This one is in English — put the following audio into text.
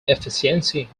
efficiency